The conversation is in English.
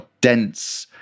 dense